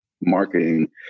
marketing